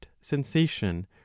sensation